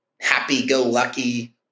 happy-go-lucky